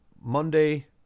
Monday